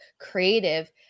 creative